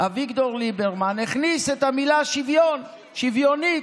אביגדור ליברמן, הכניס את המילה שוויון, שוויונית.